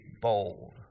bold